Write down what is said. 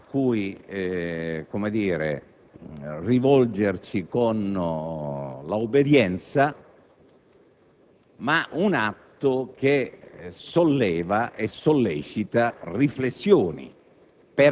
il nostro ragionamento dovrebbe essere comune e comunemente rivolto a considerare questa sentenza dalla Corte di giustizia